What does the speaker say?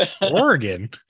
Oregon